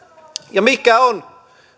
mikä on